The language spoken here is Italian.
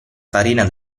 farina